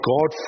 God